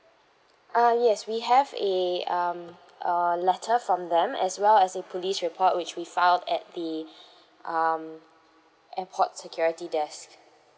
ah yes we have a um a letter from them as well as a police report which we filed at the um airport security desk